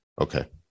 Okay